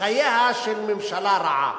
חייה של ממשלה רעה.